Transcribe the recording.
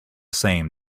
same